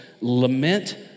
lament